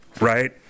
right